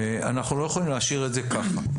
אנחנו לא יכולים להשאיר את זה כך.